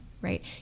right